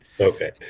okay